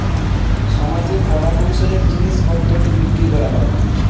সমাজে কলা কৌশলের জিনিস পত্রকে বিক্রি করা হয়